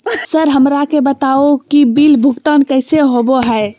Sir हमरा के बता हो कि बिल भुगतान कैसे होबो है?